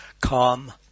calm